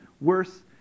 worse